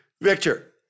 Victor